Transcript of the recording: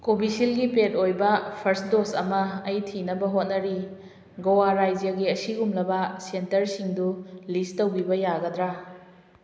ꯀꯣꯚꯤꯁꯤꯜꯒꯤ ꯄꯦꯗ ꯑꯣꯏꯕ ꯐꯥꯔꯁ ꯗꯣꯁ ꯑꯃ ꯑꯩ ꯊꯤꯅꯕ ꯍꯣꯠꯅꯔꯤ ꯒꯋꯥ ꯔꯥꯖ꯭ꯌꯒꯤ ꯑꯁꯤꯒꯨꯝꯂꯕ ꯁꯦꯟꯇꯁꯤꯡꯗꯨ ꯂꯤꯁ ꯇꯧꯕꯤꯕ ꯌꯥꯒꯗ꯭ꯔꯥ